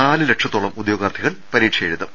നാല് ലക്ഷത്തോളം ഉദ്യോഗാർത്ഥികൾ പരീക്ഷ എഴുതും